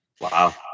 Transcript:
Wow